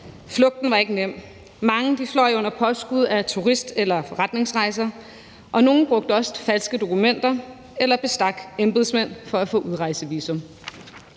Flugten var ikke nem. Mange fløj under påskud af turist- eller forretningsrejser, og nogle brugte også falske dokumenter eller bestak embedsmænd for at få udrejsevisum.